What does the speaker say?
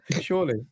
Surely